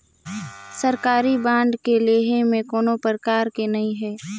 सरकारी बांड के लेहे में कोनो परकार के नइ हे